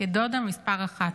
כדודה מספר אחת,